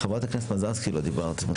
חברת הכנסת מזרסקי, לא דיברת.